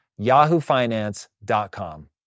yahoofinance.com